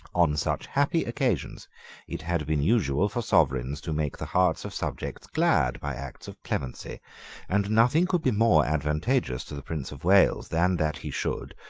on such happy occasions it had been usual for sovereigns to make the hearts of subjects glad by acts of clemency and nothing could be more advantageous to the prince of wales than that he should,